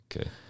Okay